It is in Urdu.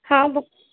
ہاں بک